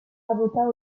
avocat